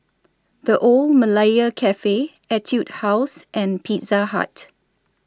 The Old Malaya Cafe Etude House and Pizza Hut